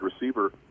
receiver